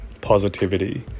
positivity